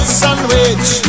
sandwich